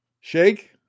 shake